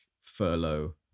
furlough